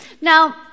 Now